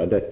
13